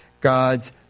God's